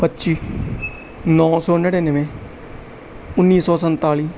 ਪੱਚੀ ਨੌਂ ਸੌ ਨੜਿਨਵੇਂ ਉੱਨੀ ਸੌ ਸੰਤਾਲੀ